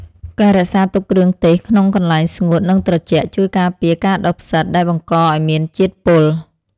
ការរក្សាទុកគ្រឿងទេសក្នុងកន្លែងស្ងួតនិងត្រជាក់ ជួយការពារការដុះផ្សិតដែលបង្កឱ្យមានជាតិពុល។